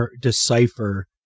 decipher